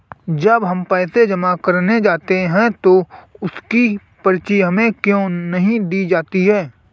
जब हम पैसे जमा करने जाते हैं तो उसकी पर्ची हमें क्यो नहीं दी जाती है?